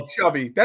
Chubby